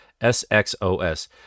SXOS